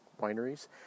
Wineries